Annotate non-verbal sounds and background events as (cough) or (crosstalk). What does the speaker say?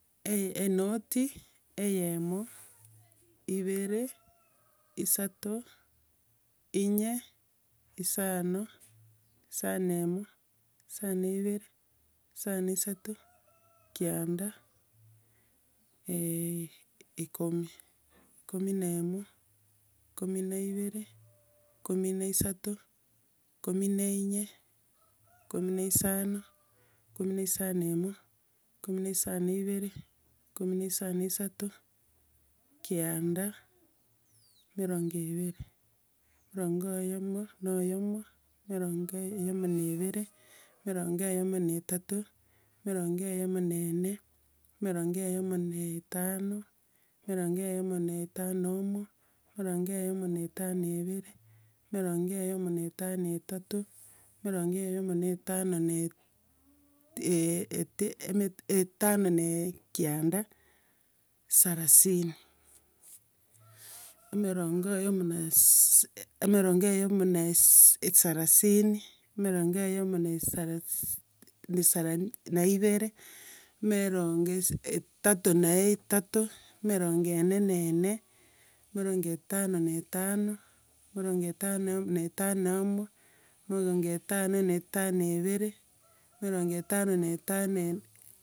E- enoti, eyemo ibere isato, inye, isano, isanemo isano na ibere, isano na isato kianda, (hesitation) ikomi. Ikomi na emo ikomi na ibere ikomi na isato, ikomi na inye, ikomi naisano, ikomi naisano emo, ikomi na isano na ibere, ikomi na isano isato, kianda, emerongo ebere, emerongo oyomo na oyoma, emerongo eyemo na ibere emerongo eyemo na etato, emerengo eyemo na enne, emerengo eyemo na etano, emerengo eyemo na etano emo, emerongo eyemo na etano ebere, emerongo eyemo na etano etato, emerongo eyemo na etano naete e- ete- emete etano na kianda, sarasini. emerongo eyemo na es- esarasirini, emerongo eyemo na esaras nesarani na ibere, emerongo esi- etato na etato, emerongo enne na enne, emerongo etano na etano, emerongo etano na etano emwe, emerongo etano na etano ebere, emerongo etano na etano ende.